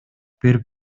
берип